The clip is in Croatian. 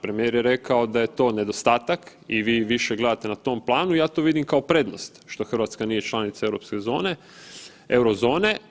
Premijer je rekao da je to nedostatak i vi više gledate na tom planu, ja to vidim kao prednost što Hrvatska nije članica europske zone,